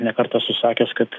ne kartą esu sakęs kad